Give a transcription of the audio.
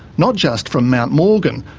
not just from mount morgan,